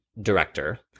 director